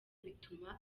bituma